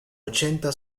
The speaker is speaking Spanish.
ochenta